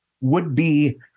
would-be